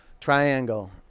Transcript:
triangle